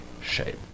shape